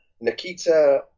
Nikita